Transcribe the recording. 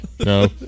No